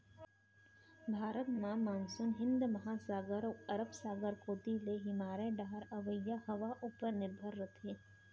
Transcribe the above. भारत म मानसून हिंद महासागर अउ अरब सागर कोती ले हिमालय डहर अवइया हवा उपर निरभर रथे